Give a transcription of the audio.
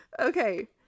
okay